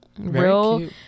real